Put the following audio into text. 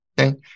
okay